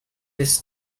this